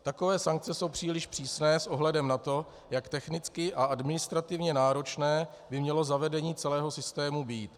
Takové sankce jsou příliš přísné s ohledem na to, jak technicky a administrativně náročné by mělo zavedení celého systému být.